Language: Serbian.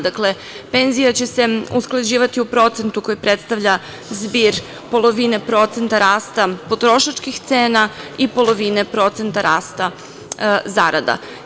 Dakle, penzija će se usklađivati u procentu koji predstavlja zbir polovine procenta rasta potrošačkih cena i polovine procenta rasta zarada.